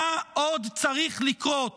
מה עוד צריך לקרות